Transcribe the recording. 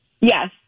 Yes